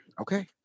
Okay